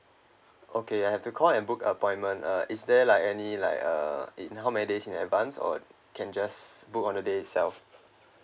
okay I have to call and book appointment uh is there like any like uh in how many days in advance or can just book on the day itself